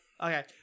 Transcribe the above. Okay